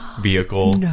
vehicle